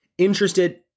interested